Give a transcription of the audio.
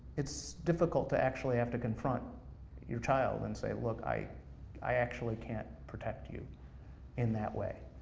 it's difficult to actually have to confront your child and say, look, i i actually can't protect you in that way.